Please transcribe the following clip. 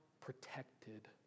protected